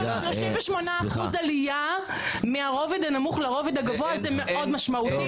כאילו 38% עלייה מהרובד הנמוך לרובד הגבוה זה מאוד משמעותי.